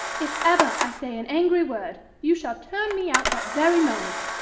if ever i say an angry word you shall turn me out that very moment.